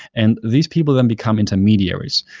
and these people then become intermediaries.